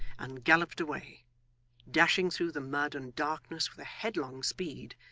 and galloped away dashing through the mud and darkness with a headlong speed,